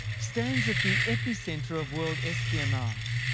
stands at the epicentre of world espionage.